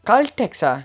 Caltex ah